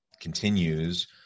continues